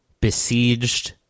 besieged